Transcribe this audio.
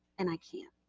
and i can't.